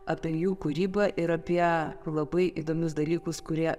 apie jų kūrybą ir apie labai įdomius dalykus kurie